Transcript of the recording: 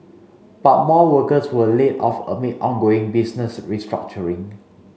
but more workers were laid off amid ongoing business restructuring